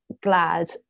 glad